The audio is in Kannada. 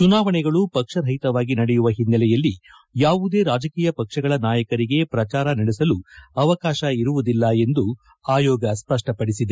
ಚುನಾವಣೆಗಳು ಪಕ್ಷ ರಹಿತವಾಗಿ ನಡೆಯುವ ಹಿನ್ನೆಲೆಯಲ್ಲಿ ಯಾವುದೇ ರಾಜಕೀಯ ಪಕ್ಷಗಳ ನಾಯಕರಿಗೆ ಪ್ರಚಾರ ನಡೆಸಲು ಅವಕಾಶ ಇರುವುದಿಲ್ಲ ಎಂದು ಆಯೋಗ ಸ್ಪಷ್ಟಪಡಿಸಿದೆ